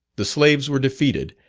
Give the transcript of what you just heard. the slaves were defeated,